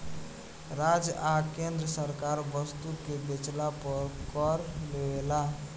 राज्य आ केंद्र सरकार वस्तु के बेचला पर कर लेवेला